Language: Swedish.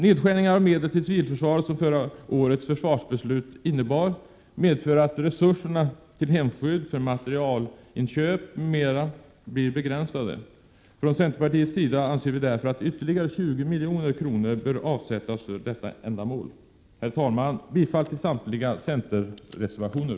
Nedskärningar av medel till civilförsvaret som förra årets försvarsbeslut innebar medför att resurserna till hemskydd, för materialinköp m.m. blir begränsade. Från centerpartiets sida anser vi därför att ytterligare 20 milj.kr. bör avsättas för detta ändamål. Jag yrkar bifall till samtliga centerreservationer.